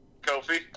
Kofi